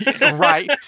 right